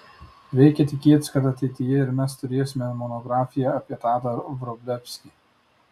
reikia tikėtis kad ateityje ir mes turėsime monografiją apie tadą vrublevskį